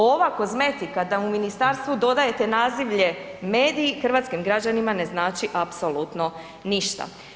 Ova kozmetika da u ministarstvu dodajete nazivlje medij, hrvatskim građanima ne znači apsolutno ništa.